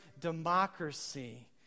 democracy